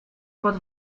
pod